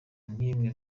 n’imwe